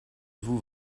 vous